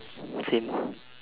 same